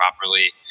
properly